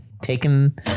taken